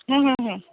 ᱦᱮᱸ ᱦᱮᱸ ᱦᱮᱸ